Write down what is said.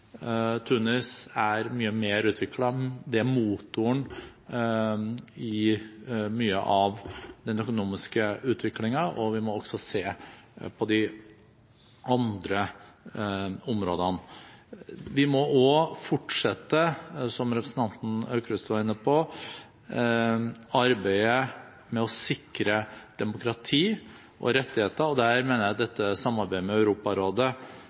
Tunis er mye mer utviklet og er motoren i mye av den økonomiske utviklingen, og vi må også se på de andre områdene. Vi må også fortsette – som representanten Aukrust var inne på – arbeidet med å sikre demokrati og rettigheter. Der mener jeg at dette samarbeidet med Europarådet